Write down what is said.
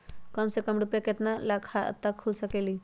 कम से कम केतना रुपया में खाता खुल सकेली?